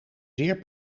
zeer